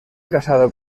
casado